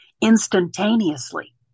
instantaneously